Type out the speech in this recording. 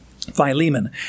Philemon